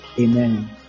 Amen